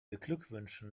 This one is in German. beglückwünschen